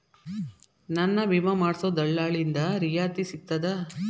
ನನ್ನ ವಿಮಾ ಮಾಡಿಸೊ ದಲ್ಲಾಳಿಂದ ರಿಯಾಯಿತಿ ಸಿಗ್ತದಾ?